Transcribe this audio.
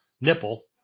nipple